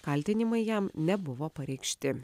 kaltinimai jam nebuvo pareikšti